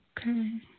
Okay